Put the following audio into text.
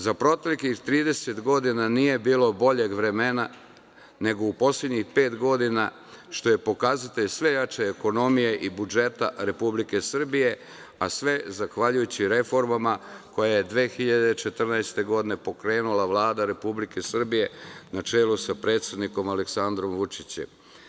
Za proteklih 30 godina nije bilo boljeg vremena nego u poslednjih pet godina, što je pokazatelj sve jače ekonomije i budžeta Republike Srbije, a sve za zahvaljujući reformama koje je 2014. godine pokrenula Vlada Republike Srbije, na čelu sa predsednikom Aleksandrom Vučićem.